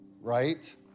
right